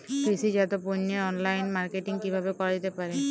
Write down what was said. কৃষিজাত পণ্যের online marketing কিভাবে করা যেতে পারে?